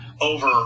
over